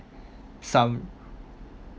some